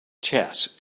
chess